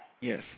Yes